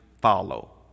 follow